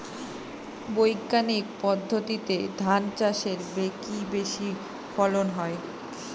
বৈজ্ঞানিক পদ্ধতিতে ধান চাষে কি বেশী ফলন হয়?